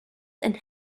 and